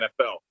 NFL